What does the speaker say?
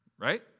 Right